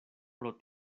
pro